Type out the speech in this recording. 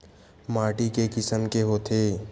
माटी के किसम के होथे?